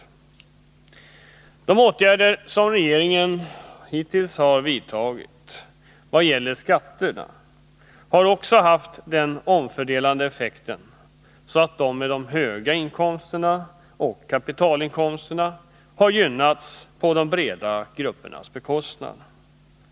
Också de åtgärder som regeringen hittills har vidtagit beträffande skatterna har haft en sådan omfördelande effekt att personer med höga inkomster och kapitalinkomster har gynnats på de breda gruppernas bekostnad.